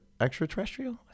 extraterrestrial